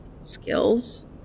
Skills